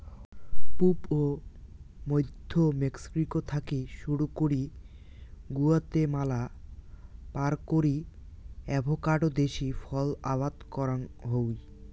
পুব ও মইধ্য মেক্সিকো থাকি শুরু করি গুয়াতেমালা পার করি অ্যাভোকাডো দেশী ফল আবাদ করাং হই